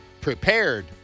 Prepared